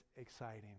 exciting